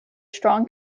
strong